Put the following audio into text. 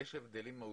יש הבדלים מהותיים,